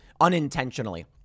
unintentionally